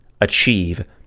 achieve